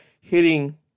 hitting